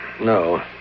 No